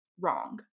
wrong